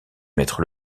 mettre